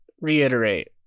reiterate